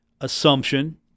assumption